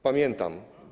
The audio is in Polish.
Pamiętam.